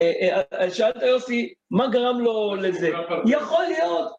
שאלת יוסי, מה גרם לו לזה? יכול להיות...